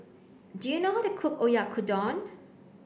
do you know how to cook Oyakodon